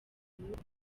umuriro